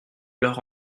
leur